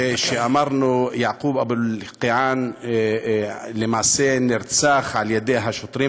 כשאמרנו שיעקוב אבו אלקיעאן למעשה נרצח על-ידי השוטרים,